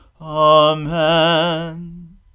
Amen